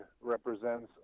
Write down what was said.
represents